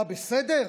אתה בסדר?